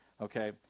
Okay